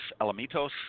Alamitos